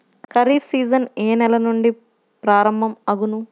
Kharif season ఏ నెల నుండి ప్రారంభం అగును?